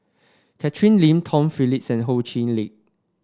Catherine Lim Tom Phillips and Ho Chee Lick